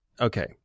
okay